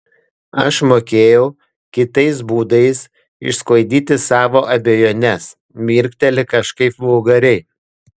aš mokėjau kitais būdais išsklaidyti savo abejones mirkteli kažkaip vulgariai